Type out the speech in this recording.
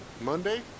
Monday